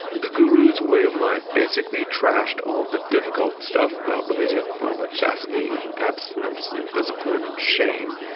the guru's way of life basically trashed all the difficult stuff about religion, and all that chastity and abstinence and discipline and shame,